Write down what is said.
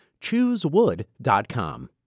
Choosewood.com